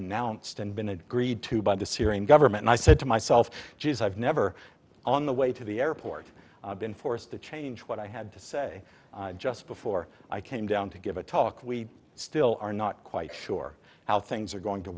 announced and been agreed to by the syrian government i said to myself geez i've never on the way to the airport been forced to change what i had to say just before i came down to give a talk we still are not quite sure how things are going to